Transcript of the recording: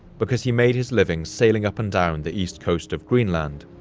because he made his living sailing up and down the east coast of greenland,